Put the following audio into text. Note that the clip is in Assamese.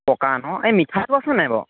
পকা ন' এই মিঠাটো আছে নাই বাৰু